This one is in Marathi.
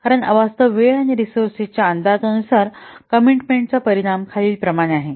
कारण अवास्तव वेळ आणि रिसोअर्स च्या अंदाजानुसार कॉमिटमेन्टचा परिणाम खालीलप्रमाणे आहे